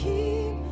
Keep